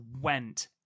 went